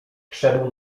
wszedł